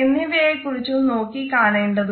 എന്നിവയെ കുറിച്ചും നോക്കി കാണേണ്ടതുണ്ട്